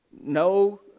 No